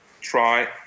try